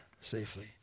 safely